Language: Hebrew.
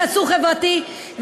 תעשו חברתי,